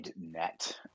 net